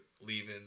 leaving